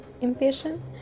impatient